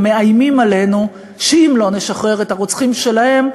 ומאיימים עלינו שאם לא נשחרר את הרוצחים שלהם,